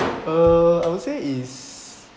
uh I would say is